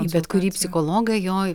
į bet kurį psichologą jo